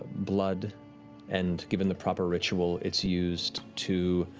blood and given the proper ritual, it's used to